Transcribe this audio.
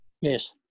yes